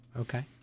okay